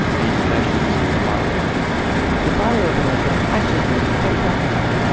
and you can actually use it as a bottle opener the bottle opener could actually be quite practical.